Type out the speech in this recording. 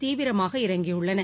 தீவிரமாக இறங்கியுள்ளன